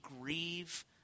grieve